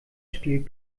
spielt